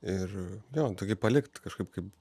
ir jo tokį palikt kažkaip kaip